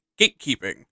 gatekeeping